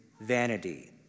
vanity